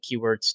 keywords